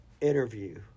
interview